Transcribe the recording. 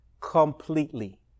completely